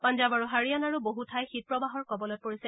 পাঞ্জাব আৰু হাৰিয়ানাৰো বহু ঠাই শীত প্ৰৱাহৰ কবলত পৰিছে